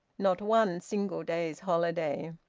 not one single day's holiday.